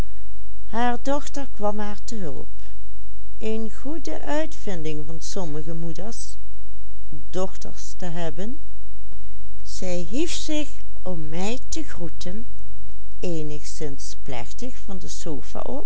uitvinding van sommige moeders dochters te hebben zij hief zich om mij te groeten eenigszins plechtig van de